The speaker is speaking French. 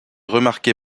remarquée